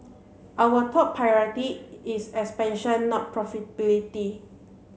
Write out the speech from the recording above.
our top priority is expansion not profitability